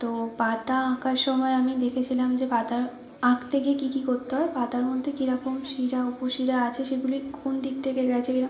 তো পাতা আঁকার সমায় আমি দেখেছিলাম যে পাতা আঁকতে গিয়ে কী কী করতে হয় পাতার মধ্যে কীরকম শিরা উপশিরা আছে সেগুলি কোন দিক থেকে গেছে